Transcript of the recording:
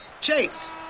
Chase